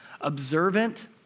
observant